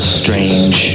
strange